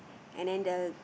and then the